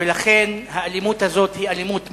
ולכן האלימות הזאת היא אלימות מכוערת.